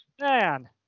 Man